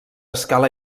escala